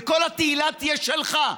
כל התהילה תהיה שלך.